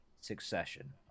Succession